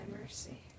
mercy